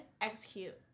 Execute